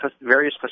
various